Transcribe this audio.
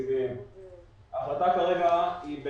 חדשים וכך ניצור אינטגרציה בין